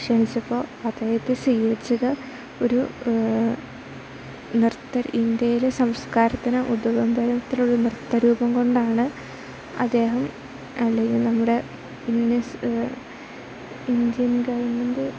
ക്ഷണിച്ചപ്പോൾ അതായത് സീകരിച്ചത് ഒരു നൃത്തം ഇന്ത്യയിലെ സംസ്കാരത്തിന് ഉതകുന്നരത്തിലുള്ള നൃത്തരൂപം കൊണ്ടാണ് അദ്ദേഹം അല്ലെങ്കിൽ നമ്മുടെ ഇന്ത്യൻ ഇന്ത്യൻ ഗവൺമെൻ്റ്